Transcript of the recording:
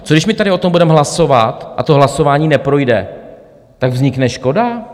Co když my tady o tom budeme hlasovat a to hlasování neprojde, tak vznikne škoda?